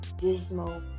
dismal